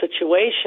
situation